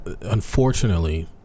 unfortunately